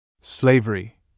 Slavery